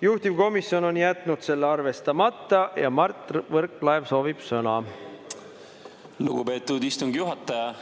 juhtivkomisjon on jätnud selle arvestamata. Mart Võrklaev soovib sõna. Lugupeetud istungi juhataja!